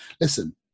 Listen